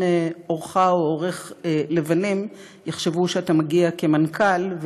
עורךָ או עורךְ לבנים יחשבו שאתה מגיע כמנכ"ל,